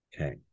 Okay